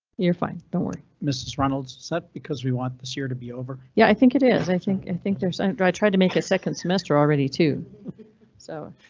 your fine, don't worry, ms reynolds said because we want this year to be over. yeah i think it is. i think i think there's a i tried to make a second semester already too so.